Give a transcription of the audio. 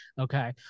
okay